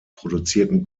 produzierten